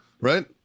right